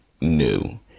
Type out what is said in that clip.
new